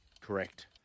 Correct